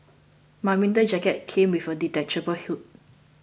my winter jacket came with a detachable hood